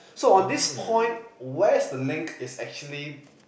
so on this point where's the link is actually